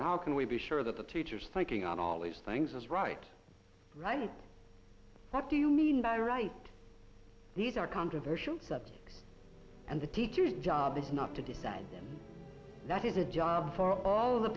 and how can we be sure that the teacher's thinking on all these things is right right what do you mean by right these are controversial subjects and the teacher's job is not to decide that is a job for all